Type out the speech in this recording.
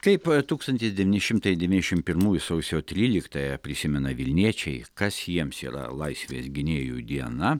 kaip tūkstantis devyni šimtai devyniasdešim pirmųjų sausio tryliktąją prisimena vilniečiai kas jiems yra laisvės gynėjų diena